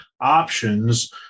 options